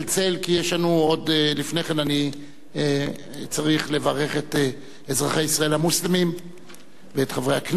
כי לפני כן אני צריך לברך את אזרחי ישראל המוסלמים ואת חברי הכנסת